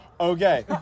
Okay